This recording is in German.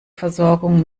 versorgung